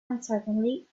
uncertainly